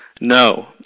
no